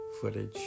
footage